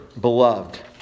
beloved